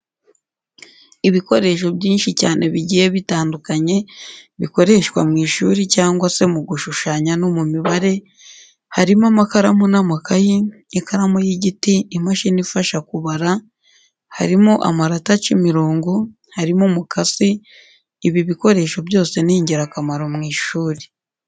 Ibikoresho byinshi cyane bigiye bitandukanye bikoreshwa mu ishuri cyangwa se mu gushushanya no mu mibare, harimo amakaramu n'amakayi, ikaramu y'igiti, imashini ifasha kubara, harimo amarate aca imirongo, harimo umukasi, ibi bikoresho byose ni ingirakamaro mu ishuri.